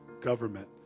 government